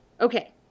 Okay